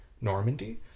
Normandy